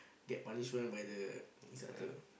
get punishment by the instructor